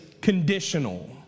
conditional